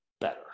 better